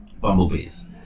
bumblebees